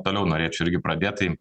toliau norėčiau irgi pradėt tai